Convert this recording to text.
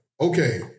Okay